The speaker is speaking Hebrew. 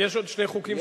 יש עוד שני חוקים,